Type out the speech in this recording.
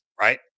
Right